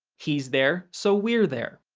he's there, so we're there.